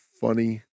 funny